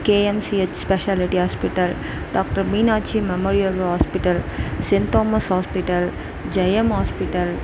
KMCH specialty hospital doctor Meenakshi memorial hospital saint Thomas hospital Jayam hospital